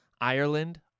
Ireland